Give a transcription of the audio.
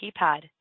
keypad